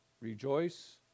rejoice